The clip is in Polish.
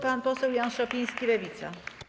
Pan poseł Jan Szopiński, Lewica.